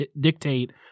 dictate